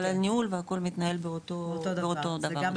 אבל הניהול והכול מתנהל באותו דבר.